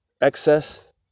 excess